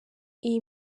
iyi